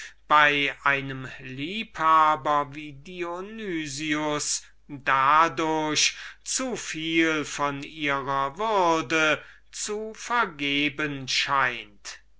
bei einem liebhaber wie dionys war dadurch zuviel von ihrer würde zu vergeben scheint